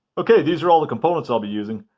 okay these are all the components i'll be using.